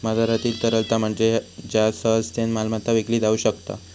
बाजारातील तरलता म्हणजे ज्या सहजतेन मालमत्ता विकली जाउ शकता